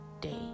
day